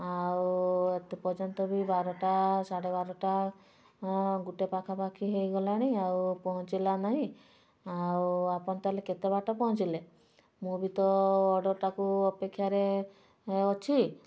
ଆଉ ଏତେ ପର୍ଯ୍ୟନ୍ତ ବି ବାରଟା ସାଢ଼େ ବାରଟା ଗୁଟେ ପାଖାପାଖି ହେଇଗଲାଣି ଆଉ ପହଞ୍ଚିଲା ନାଇଁ ଆଉ ଆପଣ ତାହାହେଲେ କେତେବାଟ ପହଞ୍ଚିଲେ ମୁଁ ବି ତ ଅର୍ଡ଼ର୍ଟାକୁ ଅପେକ୍ଷାରେ ଅଛି